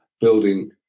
building